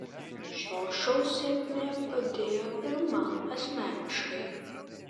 šio šou sėkmė padėjo ir man asmeniškai